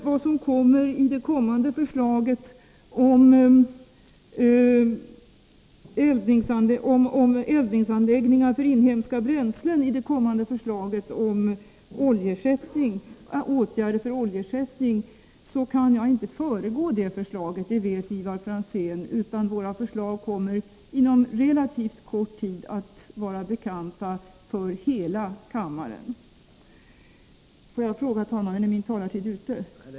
Vad beträffar förslaget om eldningsanläggningar för inhemska bränslen i det kommande förslaget om åtgärder för oljeersättning kan jag inte föregripa det förslaget — det vet Ivar Franzén. Våra förslag kommer inom relativt kort tid att bli bekanta för hela kammaren.